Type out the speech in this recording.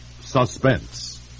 Suspense